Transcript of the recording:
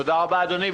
תודה רבה, אדוני.